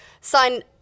sign